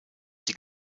die